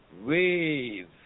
wave